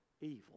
evil